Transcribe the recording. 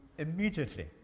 Immediately